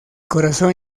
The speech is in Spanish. corazón